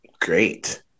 Great